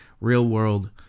real-world